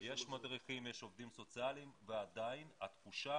יש מדריכים, יש עובדים סוציאליים ועדיין התחושה